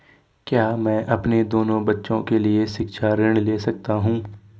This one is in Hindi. क्या मैं अपने दोनों बच्चों के लिए शिक्षा ऋण ले सकता हूँ?